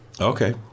Okay